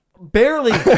barely